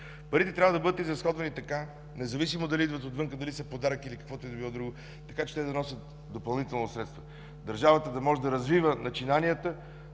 Парите трябва да бъдат изразходвани така, независимо дали идват отвън, дали са подарък или каквото и да било друго, така че да носят допълнително средства, държавата да може да развива начинанията,